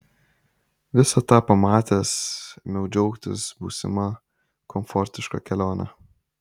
visą tą pamatęs ėmiau džiaugtis būsima komfortiška kelione